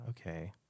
Okay